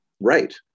right